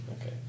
Okay